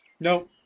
No